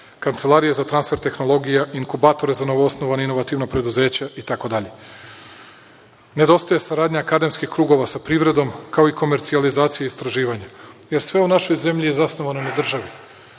kancelarije za transfer tehnologija, inkubatore za novoosnovana inovativna preduzeća, itd. Nedostaje saradnja akademskih krugova sa privredom, kao i komercijalizacija istraživanja, jer sve u našoj zemlji je zasnovano na državi.